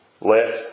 let